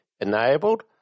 enabled